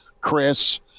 Chris